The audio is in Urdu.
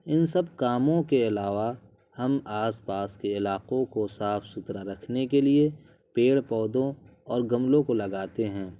ان سب کاموں کے علاوہ ہم آس پاس کے علاقوں کو صاف ستھرا رکھنے کے لیے پیڑ پودوں اور گملوں کو لگاتے ہیں